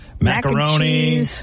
macaroni